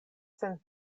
sen